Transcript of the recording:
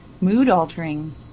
mood-altering